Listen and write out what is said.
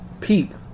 peep